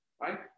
right